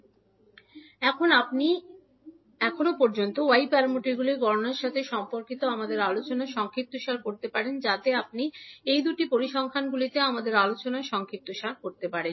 এবং এখন আপনি এখন পর্যন্ত y প্যারামিটারগুলির গণনার সাথে সম্পর্কিত আমাদের আলোচনার সংক্ষিপ্তসার করতে পারেন যাতে আপনি এই দুটি পরিসংখ্যানগুলিতে আমাদের আলোচনার সংক্ষিপ্তসার করতে পারেন